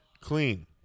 Clean